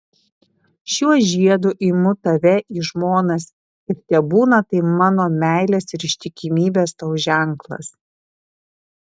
šiuo žiedu imu tave į žmonas ir tebūna tai mano meilės ir ištikimybės tau ženklas